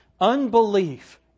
Unbelief